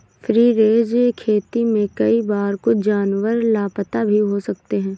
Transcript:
free range खेती में कई बार कुछ जानवर लापता भी हो सकते हैं